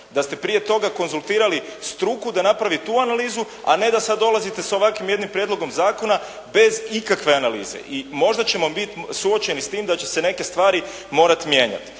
da ste prije toga konzultirali struku da napravi tu analizu, a ne da sada dolazite s ovakvim jednim prijedlogom zakona bez ikakve analize. I možda ćemo biti suočeni s tim da će se neke stvari morati mijenjati.